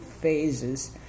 phases